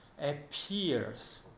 appears